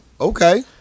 Okay